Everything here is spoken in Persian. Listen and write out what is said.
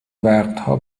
وقتها